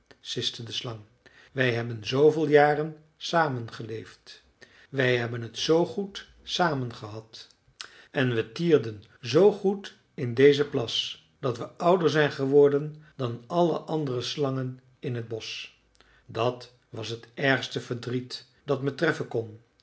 siste de slang wij hebben zooveel jaren samen geleefd wij hebben het zoo goed samen gehad en we tierden zoo goed in dezen plas dat we ouder zijn geworden dan alle andere slangen in het bosch dat was het ergste verdriet dat me treffen kon